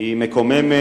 היא מקוממת